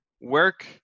work